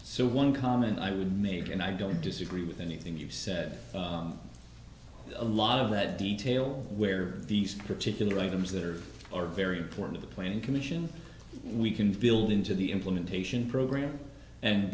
so one comment i would make and i don't disagree with anything you said a lot of that detail where these particular items that are or very important the planning commission we can build into the implementation program and